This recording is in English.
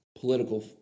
political